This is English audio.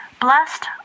Blessed